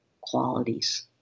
qualities